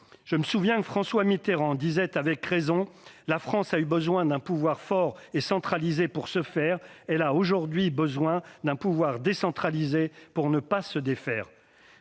Je me souviens que François Mitterrand disait à raison :« La France a eu besoin d'un pouvoir fort et centralisé pour se faire. Elle a aujourd'hui besoin d'un pouvoir décentralisé pour ne pas se défaire. »